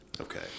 Okay